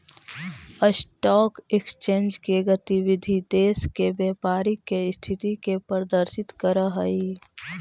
stock exchange के गतिविधि देश के व्यापारी के स्थिति के प्रदर्शित करऽ हइ